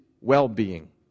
well-being